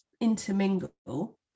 intermingle